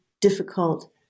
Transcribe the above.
difficult